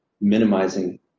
minimizing